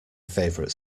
favorite